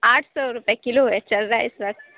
آٹھ سو روپئے کلو ہے چل رہا ہے اِس وقت